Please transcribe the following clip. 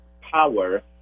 power